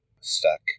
stuck